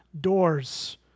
doors